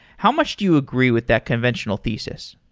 how much do you agree with that conventional thesis?